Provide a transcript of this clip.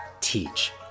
teach